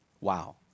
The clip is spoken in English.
Wow